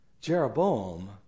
Jeroboam